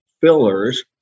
fillers